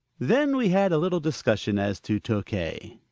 then we had a little discussion as to tokay.